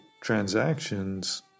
transactions